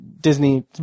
disney